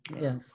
Yes